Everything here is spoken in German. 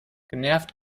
genervt